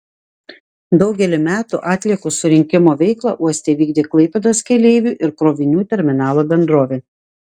daugelį metų atliekų surinkimo veiklą uoste vykdė klaipėdos keleivių ir krovinių terminalo bendrovė